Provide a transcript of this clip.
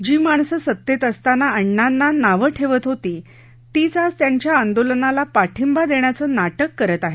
जी माणस सत्तेत असताना अण्णांना नाव ठेवत होती तीच आज त्यांच्या आंदोलनाला पाठींबा देण्याचे नाटक करत आहेत